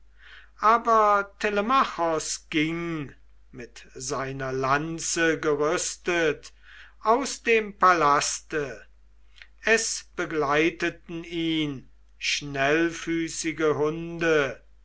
aber telemachos ging mit seiner lanze gerüstet aus dem palast es begleiteten ihn schnellfüßige hunde